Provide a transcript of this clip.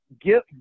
give